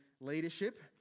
leadership